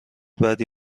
بدی